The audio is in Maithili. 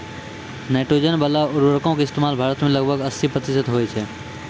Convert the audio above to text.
नाइट्रोजन बाला उर्वरको के इस्तेमाल भारत मे लगभग अस्सी प्रतिशत होय छै